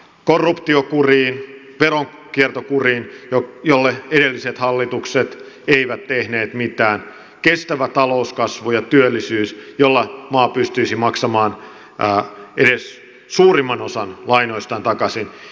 korruptio kuriin veronkierto kuriin jolle edelliset hallitukset eivät tehneet mitään kestävä talouskasvu ja työllisyys jolla maa pystyisi maksamaan edes suurimman osan lainoistaan takaisin